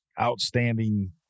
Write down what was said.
Outstanding